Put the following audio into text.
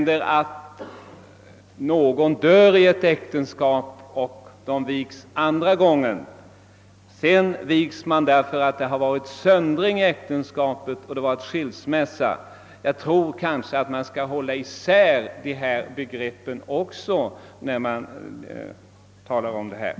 Det är en skillnad om man gifter om sig därför att den man varit förenad i äktenskap med dör, och om man gifter om sig sedan man fått skilsmässa från maken på grund av söndring i äktenskapet.